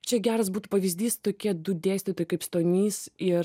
čia geras būt pavyzdys tokie du dėstytojai kaip stonys ir